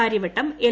Karyavattom L